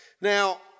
Now